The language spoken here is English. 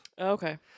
Okay